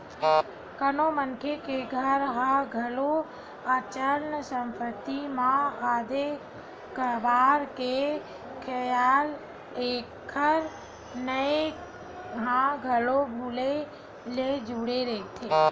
कोनो मनखे के घर ह घलो अचल संपत्ति म आथे काबर के एखर नेहे ह घलो भुइँया ले जुड़े रहिथे